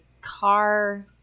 car